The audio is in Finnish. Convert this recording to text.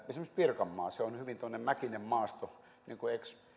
esimerkiksi pirkanmaalla on hyvin mäkinen maasto niin kuin ex